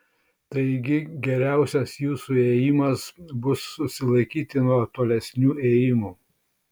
taigi geriausias jūsų ėjimas bus susilaikyti nuo tolesnių ėjimų